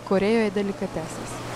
korėjoj delikatesas